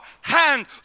hand